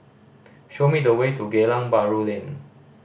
show me the way to Geylang Bahru Lane